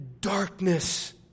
darkness